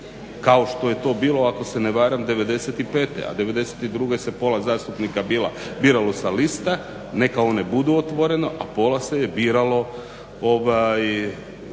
kao što je to bilo ako se ne varam '95., a '92.se pola zastupnika biralo sa lista, neka one budu otvorene, a pola se je biralo